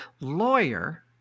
lawyer